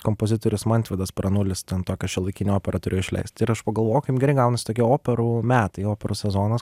kompozitorius mantvydas pranulis ten tokią šiuolaikinę operą turėjo išleist ir aš pagalvo o kaip gerai gaunasi tokie operų metai operų sezonas